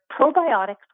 probiotics